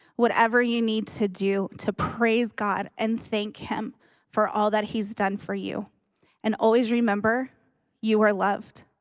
whatever you need to do to praise god and thank him for all that he's done for you and always remember you are loved.